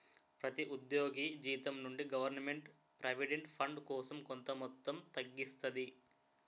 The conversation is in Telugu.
ప్రతి ఉద్యోగి జీతం నుండి గవర్నమెంట్ ప్రావిడెంట్ ఫండ్ కోసం కొంత మొత్తం తగ్గిస్తాది